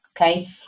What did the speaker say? okay